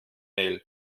mehl